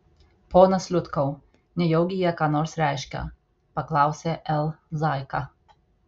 ponas liutkau nejaugi jie ką nors reiškia paklausė l zaika